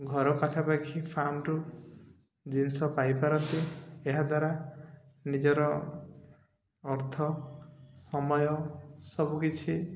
ଘର ପାଖାପାଖି ଫାର୍ମଠୁ ଜିନିଷ ପାଇପାରନ୍ତି ଏହାଦ୍ୱାରା ନିଜର ଅର୍ଥ ସମୟ ସବୁକିିଛି